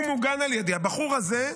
הוא מוגן על ידי, הבחור הזה,